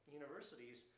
universities